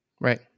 Right